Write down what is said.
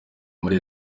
muri